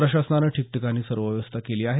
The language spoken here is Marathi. प्रशासानानं ठिकठिकाणी सर्व व्यवस्था केली आहे